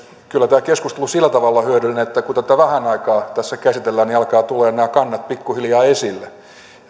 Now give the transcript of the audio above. kyllä tämä keskustelu sillä tavalla on hyödyllinen että kun tätä vähän aikaa tässä käsitellään niin alkavat tulemaan nämä kannat pikkuhiljaa esille